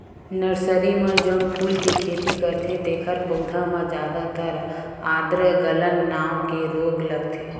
nursery म जउन फूल के खेती करथे तेखर पउधा म जादातर आद्र गलन नांव के रोग लगथे